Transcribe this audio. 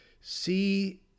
see